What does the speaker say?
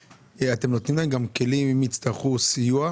האם אתם נותנים גם כלים אם הם יצטרכו סיוע?